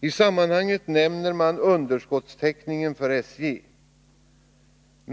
I sammanhanget nämner man underskottstäckningen för SJ.